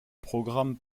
programme